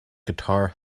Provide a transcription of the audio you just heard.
guitar